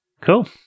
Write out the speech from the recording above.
Cool